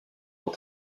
pour